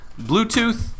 Bluetooth